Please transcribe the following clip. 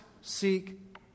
seek